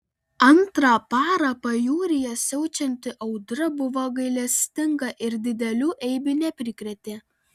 antrą parą pajūryje siaučianti audra buvo gailestinga ir didelių eibių neprikrėtė